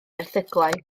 erthyglau